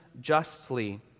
justly